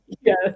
Yes